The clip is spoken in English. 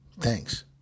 Thanks